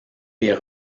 les